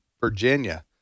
Virginia